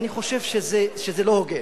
ואני חושב שזה לא הוגן.